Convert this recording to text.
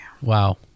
Wow